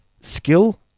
skill